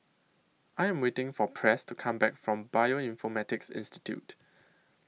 I Am waiting For Press to Come Back from Bioinformatics Institute